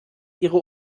ihre